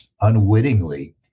unwittingly